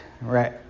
right